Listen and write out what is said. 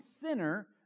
sinner